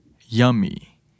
Yummy